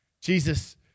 Jesus